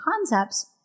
concepts